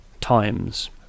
times